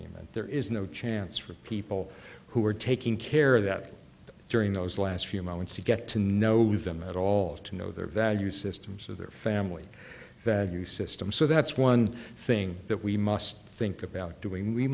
accompaniment there is no chance for people who are taking care of that during those last few moments to get to know them at all to know their value systems of their family value system so that's one thing that we must think about doing we